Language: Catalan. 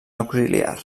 auxiliar